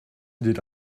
did